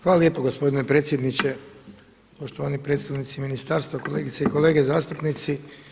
Hvala lijepo gospodine predsjedniče, poštovani predstavnici ministarstva, kolegice i kolege zastupnici.